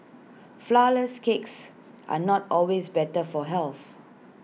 Flourless Cakes are not always better for health